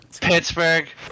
Pittsburgh